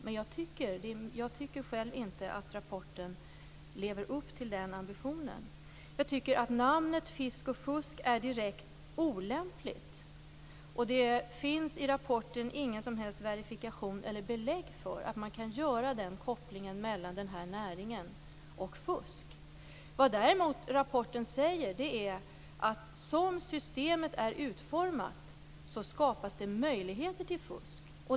Men jag tycker själv inte att rapporten lever upp till den ambitionen. Jag tycker att namnet Fisk och fusk är direkt olämpligt. Det finns i rapporten ingen som helst verifikation eller något belägg för att man kan göra den kopplingen mellan den här näringen och fusk. Vad däremot rapporten säger är att som systemet är utformat skapas det möjligheter till fusk.